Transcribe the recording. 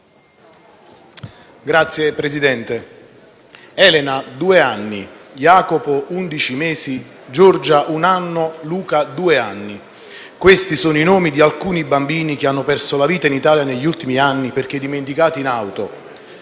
Signor Presidente, Elena due anni, Jacopo undici mesi, Giorgia un anno, Luca due anni. Questi sono i nomi di alcuni bambini che hanno perso la vita in Italia negli ultimi anni perché dimenticati in auto.